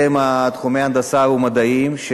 הם תחומי ההנדסה והמדעים.